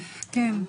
כן.